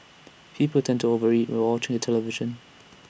people tend to over eat while watching the television